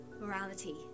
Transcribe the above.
morality